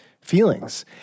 feelings